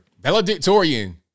valedictorian